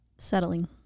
Settling